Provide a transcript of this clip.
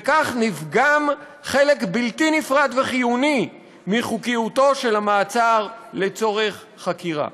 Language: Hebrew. וכך נפגם חלק בלתי נפרד וחיוני מחוקתיותו של מעצר לצורך חקירה".